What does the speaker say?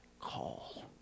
call